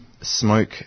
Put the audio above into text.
smoke